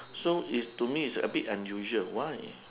so it's to me it's abit unusual why